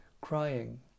crying